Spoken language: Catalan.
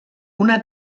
una